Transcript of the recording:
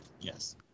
Yes